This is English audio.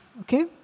okay